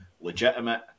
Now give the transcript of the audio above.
Legitimate